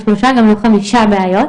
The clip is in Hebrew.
לא שלושה וגם לא חמש בעיות.